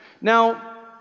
Now